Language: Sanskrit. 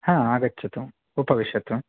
हा आगच्छतु उपविशतु